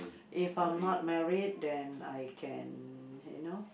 if I'm not married then I can you know